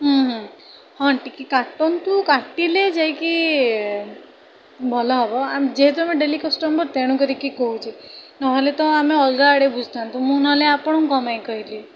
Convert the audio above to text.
ହୁଁ ହୁଁ ହଁ ଟିକିଏ କାଟନ୍ତୁ କାଟିଲେ ଯାଇକି ଭଲ ହବ ଆ ଯେହେତୁ ଆମେ ଡେଲି କଷ୍ଟମର୍ ତେଣୁକରିକି କହୁଛି ନହଲେ ତ ଆମେ ଅଲଗା ଆଡ଼େ ବୁଝିଥାନ୍ତୁ ମୁଁ ନହଲେ ଆପଣଙ୍କୁ କ'ଣ ପାଇଁ କହିଲି